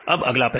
अब अगला पहलू